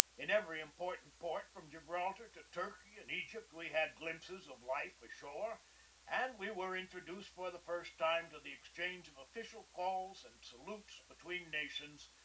in every important port from gibraltar to turkey and egypt we had glimpses of life ashore and we were introduced for the first time to the ex change of official calls and salutes between nations,